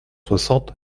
soixante